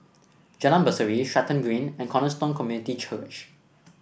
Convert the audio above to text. Jalan Berseri Stratton Green and Cornerstone Community Church